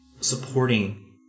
supporting